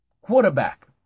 Quarterback